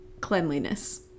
cleanliness